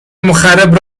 مخرب